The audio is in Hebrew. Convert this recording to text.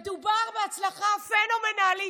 מדובר בהצלחה פנומנלית.